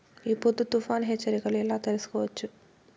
ఈ పొద్దు తుఫాను హెచ్చరికలు ఎలా తెలుసుకోవచ్చు?